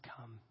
come